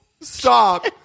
Stop